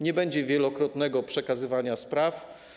Nie będzie wielokrotnego przekazywania spraw.